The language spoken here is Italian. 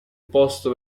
posto